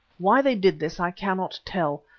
why they did this i cannot tell.